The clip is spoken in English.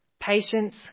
patience